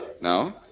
No